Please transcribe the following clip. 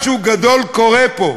משהו גדול קורה פה.